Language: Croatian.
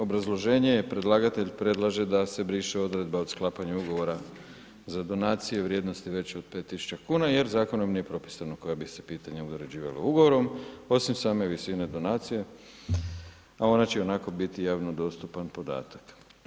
Obrazloženje je predlagatelj predlaže da se briše odredba od sklapanja ugovora za donacije vrijednosti veće od 5.000 kuna jer zakonom nije propisano koja bi se pitanja određivala ugovorom osim same visine donacije, a ona će ionako biti javno dostupan podatak.